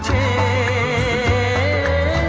a